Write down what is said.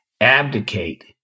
abdicate